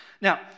Now